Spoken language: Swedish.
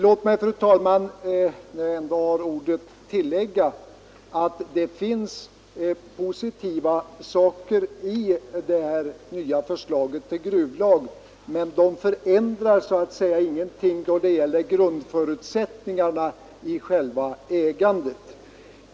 Låt mig, fru talman, när jag ändå har ordet tillägga att det finns en del som är positivt i det nya förslaget till gruvlag, men det förändrar ingenting då det gäller grundförutsättningarna i själva ägandet.